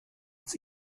ins